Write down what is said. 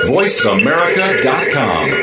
VoiceAmerica.com